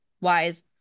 wise